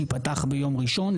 ייפתח ביום ראשון,